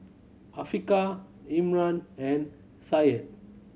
Afiqah Imran and Syed